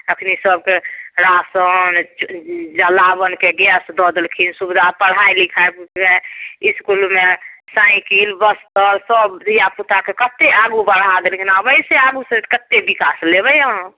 अखनी सबके राशन जलावनके गैस दऽ देलखिन सुविधा पढाइ लिखाइ स्कूलमे साइकिल बस सऽ सब धियापुताके कते आगू बढा देलखिन आब एहिसे आगू कते विकास लेबै अहाँ